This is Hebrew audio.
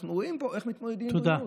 אנחנו רואים פה איך מתמודדים עם בריאות.